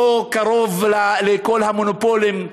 לא קרוב לכל המונופולים,